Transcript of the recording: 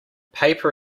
paper